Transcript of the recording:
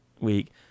week